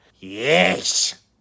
Yes